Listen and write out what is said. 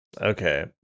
Okay